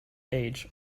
age